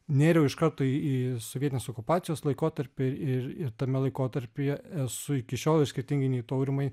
nėriau iš karto į į sovietinės okupacijos laikotarpį ir ir tame laikotarpyje esu iki šiol ir skirtingai nei tu aurimai